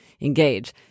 engage